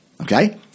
okay